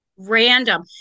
random